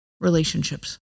relationships